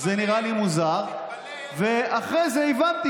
זה נראה לי מוזר, ואחרי זה הבנתי.